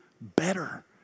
better